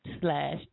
Slash